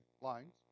lines